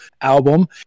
album